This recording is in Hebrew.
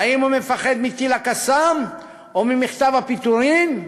האם הוא מפחד מטיל ה"קסאם" או ממכתב הפיטורים,